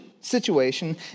situation